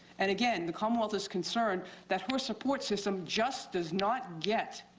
and again, the commonwealth is concerned that her support system just does not get